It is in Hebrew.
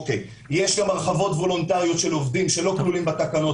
יש גם הרחבות וולונטריות של עובדים שלא כלולים בתקנות,